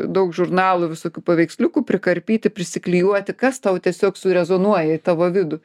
daug žurnalų visokių paveiksliukų prikarpyti prisiklijuoti kas tau tiesiog surezonuoja į tavo vidų